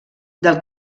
del